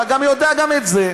אתה יודע גם את זה,